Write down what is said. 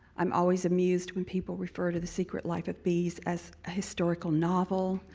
i'm always amused when people refer to the secret life of bees as a historical novel,